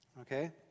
Okay